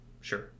sure